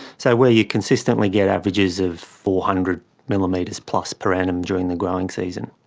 so where you consistently get averages of four hundred millimetres plus per annum during the growing season.